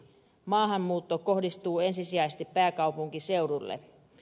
maahanmuutto kohdistuu ensisijaisesti pääkaupunkiseudulle